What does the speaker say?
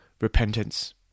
repentance